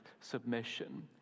submission